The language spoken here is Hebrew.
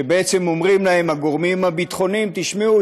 שאומרים להם הגורמים הביטחוניים: תשמעו,